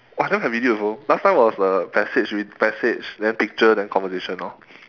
!wah! now have video also last time was the passage with passage then picture then conversation orh